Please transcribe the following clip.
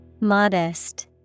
Modest